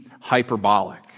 hyperbolic